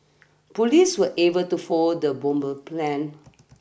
police were able to foil the bomber plan